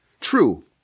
true